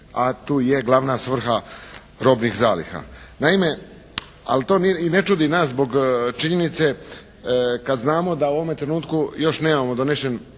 a tu je glavna svrha robnih zaliha. Naime, ali to i ne čudi nas zbog činjenice kad znamo da u ovome trenutku još nemamo donesen